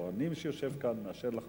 או אני, שיושב כאן, מאשר לך